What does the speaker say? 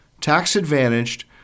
tax-advantaged